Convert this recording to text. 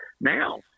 Now